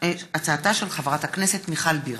בעקבות דיון מהיר בהצעתה של חברת הכנסת קסניה סבטלובה בנושא: